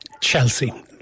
Chelsea